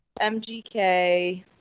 MGK